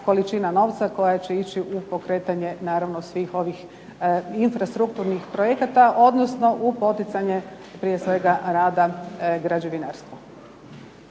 količina novca koja će ići u pokretanje naravno svih ovih infrastrukturnih projekata odnosno u poticanje prije svega rada građevinarstva.